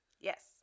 Yes